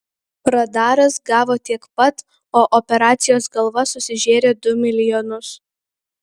radaras gavo tiek pat o operacijos galva susižėrė du milijonus